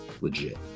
legit